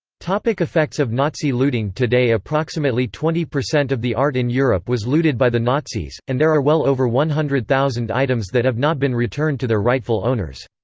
effects of nazi looting today approximately twenty percent of the art in europe was looted by the nazis, and there are well over one hundred thousand items that have not been returned to their rightful owners.